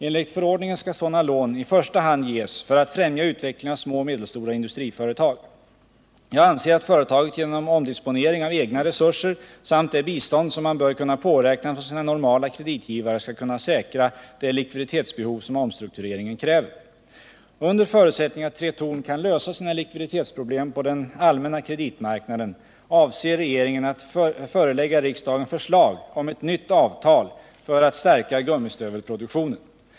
Enligt förordningen skall sådana lån i första hand ges för att främja utvecklingen av små och medelstora industriföretag. Jag anser, att företaget genom omdisponering av egna resurser samt det bistånd som man bör kunna påräkna från sina normala kreditgivare skall kunna säkra det likviditetsbehov som omstruktureringen kräver. Under förutsättning att Tretorn kan lösa sina likviditetsproblem på den allmänna kreditmarknaden avser regeringen att förelägga riksdagen förslag om ett nytt avtal för att säkra gummistövelproduktionen.